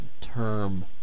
term